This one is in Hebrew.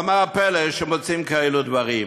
אז מה הפלא שמוצאים כאלו דברים?